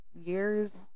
Years